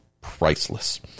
priceless